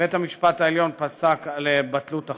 בית המשפט העליון פסק על בטלות החוק,